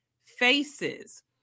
faces